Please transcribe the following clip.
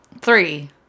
Three